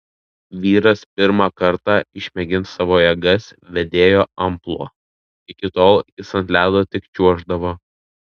vyras pirmą kartą išmėgins savo jėgas vedėjo amplua iki tol jis ant ledo tik čiuoždavo